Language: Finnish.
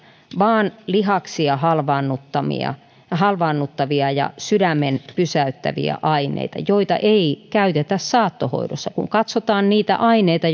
vaan lihaksia halvaannuttavia halvaannuttavia ja sydämen pysäyttäviä aineita joita ei käytetä saattohoidossa kun katsotaan niitä aineita